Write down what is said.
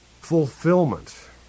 fulfillment